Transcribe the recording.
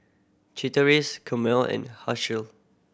Chateraise Camel and Herschel